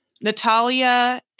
Natalia